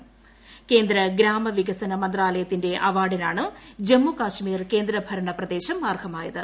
ക്ട്രെന്ദ്ര ഗ്രാമവികസന മന്ത്രാലയത്തിന്റെ അവാർഡിനാണ് ജമ്മു കാശ്മീർ കേന്ദ്ര ഭരണ പ്രദേശം അർഹമായത്